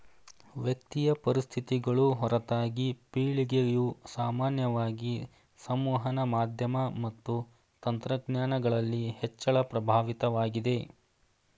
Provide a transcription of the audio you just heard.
ವ್ಯಕ್ತಿಯ ಪರಿಸ್ಥಿತಿಗಳು ಹೊರತಾಗಿ ಪೀಳಿಗೆಯು ಸಾಮಾನ್ಯವಾಗಿ ಸಂವಹನ ಮಾಧ್ಯಮ ಮತ್ತು ತಂತ್ರಜ್ಞಾನಗಳಲ್ಲಿ ಹೆಚ್ಚಳ ಪ್ರಭಾವಿತವಾಗಿದೆ